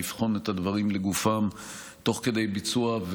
לבחון את הדברים לגופם תוך כדי ביצוע,